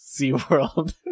SeaWorld